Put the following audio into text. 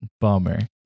bummer